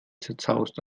zerzaust